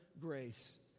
grace